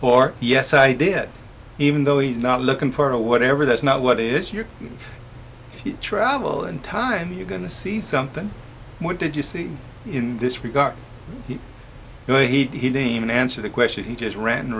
or yes i did even though he's not looking for a whatever that's not what is your travel in time you're going to see something what did you see in this regard you know he didn't even answer the question he just ran